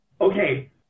Okay